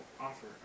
offer